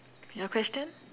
your question